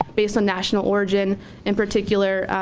based on national origin in particular.